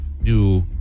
new